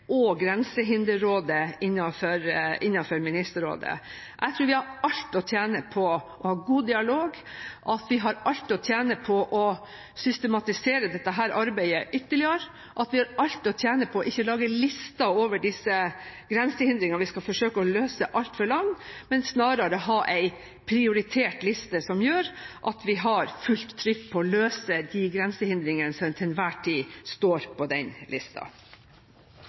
og Grensehinderrådet innenfor Ministerrådet. Jeg tror vi har alt å tjene på å ha god dialog, at vi har alt å tjene på å systematisere dette arbeidet ytterligere, at vi har alt å tjene på ikke å lage lista over disse grensehindringene vi skal forsøke å løse, altfor lang, men snarere ha en prioritert liste som gjør at vi har fullt trykk på å løse de grensehindringene som til enhver tid står på den lista.